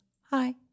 Hi